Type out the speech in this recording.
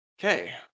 Okay